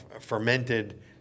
fermented